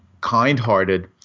kind-hearted